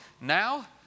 Now